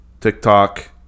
TikTok